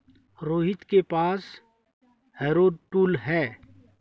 रोहित के पास harrow tool है